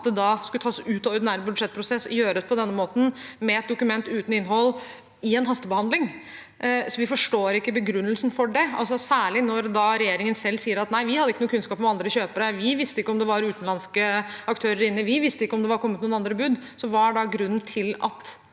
at det skulle tas ut av ordinær budsjettprosess og gjøres på denne måten, med et dokument uten innhold, i en hastebehandling. Vi forstår ikke begrunnelsen for det, særlig når regjeringen selv sier at de ikke hadde noen kunnskap om andre kjøpere, de visste ikke om det var utenlandske aktører inne, de visste ikke om det var kommet noen andre bud. Hva er da grunnen til at